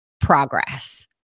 progress